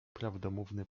prawdomówny